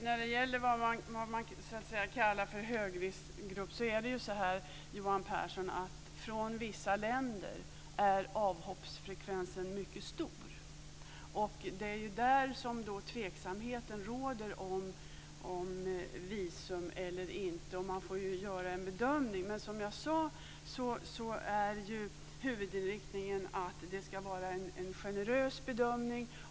Herr talman! När det gäller det man kallar högriskgruppen är det så här, Johan Pehrson, att avhoppsfrekvensen är mycket stor från vissa länder. Det är där som det råder tveksamhet när det gäller visum, och man får göra en bedömning. Som jag sade är huvudinriktningen att det ska vara en generös bedömning.